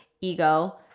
ego